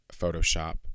Photoshop